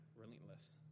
relentless